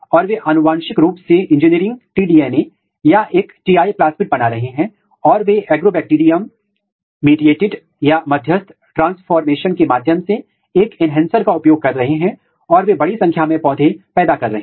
इसलिए मूल रूप से क्योंकि आप टी डीएनए अनुक्रम को जानते हैं तो आप जीन को मैप करने के लिए आणविक जीव विज्ञान आधारित तकनीक का उपयोग कर सकते हैं जहां एकीकरण की साइट है तो आप कार्यात्मक अध्ययन के लिए जीन की पहचान कर सकते हैं